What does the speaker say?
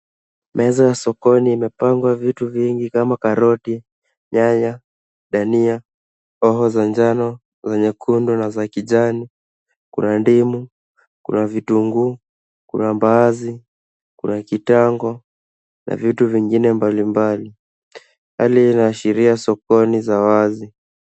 Meza ya sokoni imepangwa vitu vingi kama karoti, nyanya, dania, hoho za njano, za nyekundu na za kijani. Kuna ndimu, kuna vitunguu, kuna mbaazi, kuna kitango na vitu vingine mbalimbali. Hali hii inaashiria sokoni la wazi.